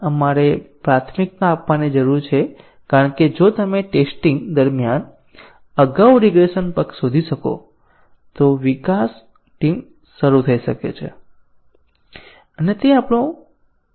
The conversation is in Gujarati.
આપણે પ્રાથમિકતા આપવાની જરૂર છે કારણ કે જો તમે ટેસ્ટીંગ દરમિયાન અગાઉ રીગ્રેસન બગ્સ શોધી શકો તો વિકાસ ટીમ શરૂ કરી શકે છે અને તે આપણો ડિલિવરી સમય ઘટાડશે